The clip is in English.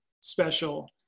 special